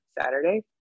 saturday